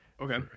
Okay